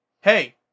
Hey